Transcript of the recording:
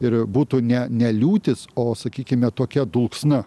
ir būtų ne ne liūtys o sakykime tokia dulksna